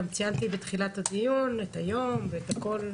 גם ציינתי בתחילת הדיון את היום ואת הכל,